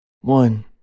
One